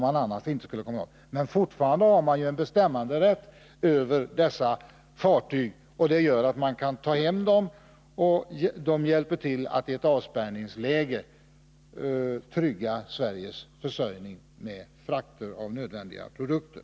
Man har emellertid fortfarande bestämmanderätt över dessa fartyg, och de kan tas hem för att i ett avspärrningsläge trygga Sveriges försörjning genom att frakta nödvändiga produkter.